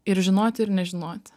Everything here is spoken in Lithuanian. ir žinoti ir nežinoti